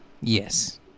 Yes